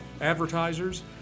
advertisers